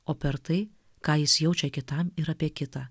o per tai ką jis jaučia kitam ir apie kitą